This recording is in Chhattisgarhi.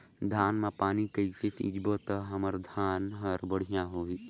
धान मा पानी कइसे सिंचबो ता हमर धन हर बढ़िया होही?